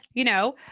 you know,